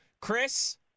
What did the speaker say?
Chris